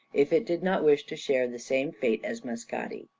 if it did not wish to share the same fate as mascati.